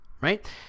right